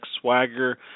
Swagger